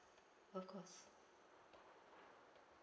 of course